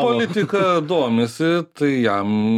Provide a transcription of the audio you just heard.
politika domisi tai jam